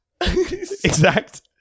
Exact